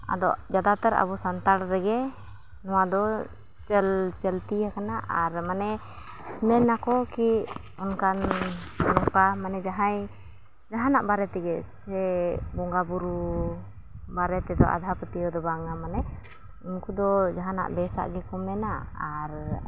ᱟᱫᱚ ᱡᱟᱫᱟᱛᱚᱨ ᱟᱵᱚ ᱥᱟᱱᱛᱟᱲ ᱨᱮᱜᱮ ᱱᱚᱣᱟᱫᱚ ᱪᱚᱞᱛᱤ ᱟᱠᱟᱱᱟ ᱟᱨ ᱢᱟᱱᱮ ᱢᱮᱱᱟᱠᱚ ᱠᱤ ᱚᱱᱠᱟᱱ ᱚᱱᱠᱟ ᱢᱟᱱᱮ ᱡᱟᱦᱟᱸᱭ ᱡᱟᱦᱟᱱᱟᱜ ᱵᱟᱨᱮᱛᱮᱜᱮ ᱥᱮ ᱵᱚᱸᱜᱟᱼᱵᱩᱨᱩ ᱵᱟᱨᱮᱛᱮᱫᱚ ᱟᱸᱫᱷᱟ ᱯᱟᱹᱛᱭᱟᱹᱣᱫᱚ ᱵᱟᱝᱟ ᱢᱟᱱᱮ ᱩᱱᱠᱩᱫᱚ ᱡᱟᱦᱟᱱᱟᱜ ᱵᱮᱥᱟᱜ ᱜᱮᱠᱚ ᱢᱮᱱᱟ ᱟᱨ